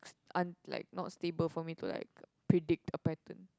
unlike not stable for me to like predict a pattern